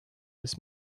this